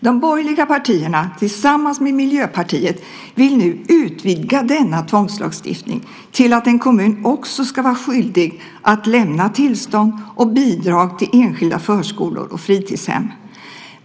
De borgerliga partierna tillsammans med Miljöpartiet vill nu utvidga denna tvångslagstiftning till att en kommun också ska vara skyldig att lämna tillstånd och bidrag till enskilda förskolor och fritidshem.